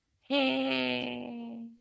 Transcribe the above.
Hey